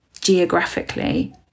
geographically